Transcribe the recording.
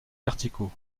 verticaux